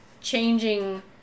changing